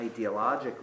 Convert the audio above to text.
ideologically